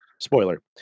Spoiler